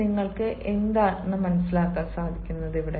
ഇപ്പോൾ നിങ്ങൾക്ക് എങ്ങനെ അറിയാം